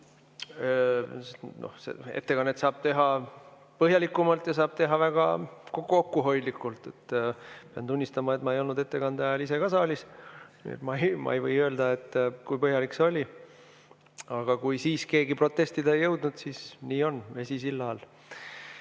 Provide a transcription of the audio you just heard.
Ettekannet saab teha põhjalikumalt ja saab teha väga kokkuhoidlikult. Pean tunnistama, et ma ei olnud ettekande ajal ise ka saalis, nii et ma ei või öelda, kui põhjalik see oli. Aga kui siis keegi protestida ei jõudnud, siis nii on. Vesi silla all.